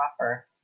offer